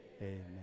Amen